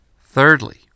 Thirdly